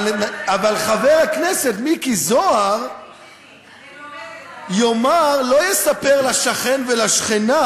אבל חבר הכנסת מיקי זוהר לא יספר לשכן ולשכנה